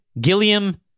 Gilliam